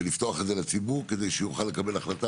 ולפתוח את זה לציבור כדי שיוכל לקבל החלטה,